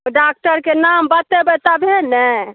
ओहि डाक्टरके नाम बतेबै तबे ने